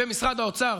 במשרד האוצר